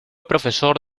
profesor